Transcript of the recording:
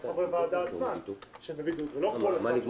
אז רק חברי ועדה עצמם שבבידוד ולא כל החברים.